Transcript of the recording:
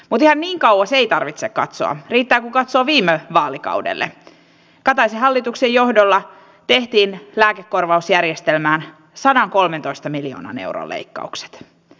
ota niin kauas ei tarvitse katsoa yritän katsoa viime vaalikaudelle kataisen hallituksen johdolla tehtiin lääkekorvausjärjestelmään satakolmetoista miljoonan euron leikkaukset